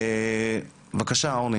בבקשה, אורני,